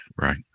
Right